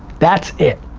that's it.